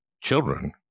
children